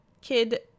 kid